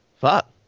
fuck